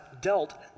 dealt